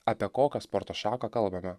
apie kokią sporto šaką kalbame